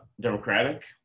democratic